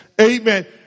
amen